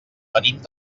venim